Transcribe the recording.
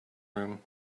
room